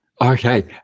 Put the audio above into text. okay